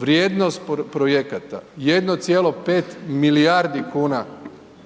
vrijednost projekata 1,5 milijardi kuna